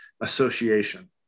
association